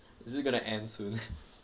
is it gonna end soon